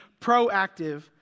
proactive